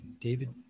David